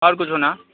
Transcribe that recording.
اور کچھ ہونا